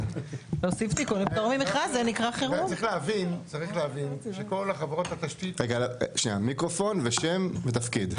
צריך להבין שכל חברות התשתית פה